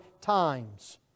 times